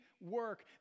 Work